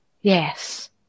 Yes